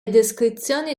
descrizioni